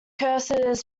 curses